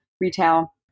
retail